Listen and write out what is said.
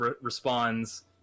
responds